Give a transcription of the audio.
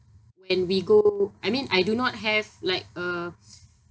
and we go I mean I do not have like uh